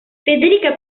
federica